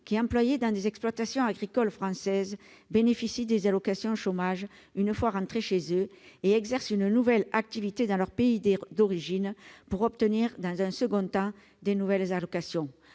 qui, employés dans des exploitations agricoles françaises, bénéficient des allocations de l'assurance chômage une fois rentrés chez eux et exercent une nouvelle activité dans leur pays d'origine pour obtenir, dans un second temps, de nouvelles allocations.